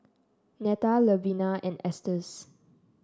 Neta Levina and Estes